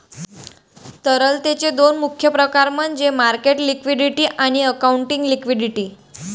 तरलतेचे दोन मुख्य प्रकार म्हणजे मार्केट लिक्विडिटी आणि अकाउंटिंग लिक्विडिटी